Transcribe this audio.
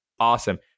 awesome